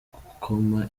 gukoma